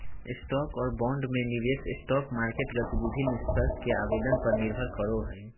stock और bond में निवेश स्टॉक मार्केट गतिविधि निष्कर्ष के आवेदन पर निर्भर करो हइ